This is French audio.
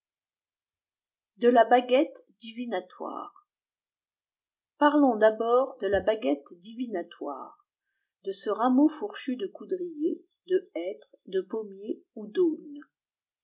de la baguette divinatoire parlons d'abord de la baguette divinatoire de ce rameau fourchu de coudrier de hêtre de pommier ou d'aulne de